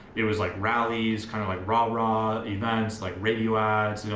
it was like rallies kind of like rah rah events like radio ads,